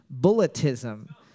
bulletism